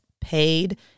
paid